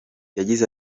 yagize